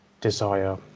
desire